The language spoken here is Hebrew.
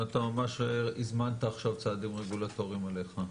אתה ממש הזמנת עכשיו צעדים רגולטוריים עליך.